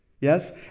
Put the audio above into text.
Yes